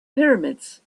pyramids